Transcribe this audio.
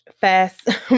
fast